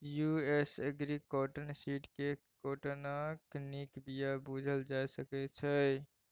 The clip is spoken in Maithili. यु.एस एग्री कॉटन सीड केँ काँटनक नीक बीया बुझल जा सकै छै